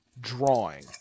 drawing